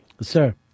Sir